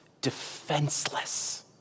defenseless